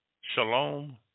Shalom